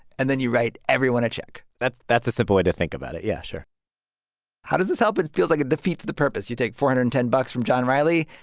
and then you write everyone a check that's that's a simple way to think about it. yeah, sure how does this help? it feels like it defeats the purpose. you take four hundred and ten bucks from john reilly,